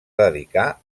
dedicar